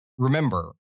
Remember